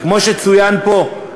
כי כמו שצוין פה,